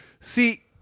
See